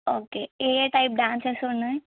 okay ఏ ఏ type dances ఉన్నాయి